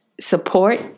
support